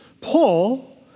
Paul